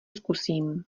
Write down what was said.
zkusím